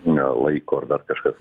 na laiko ar dar kažkas